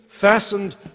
fastened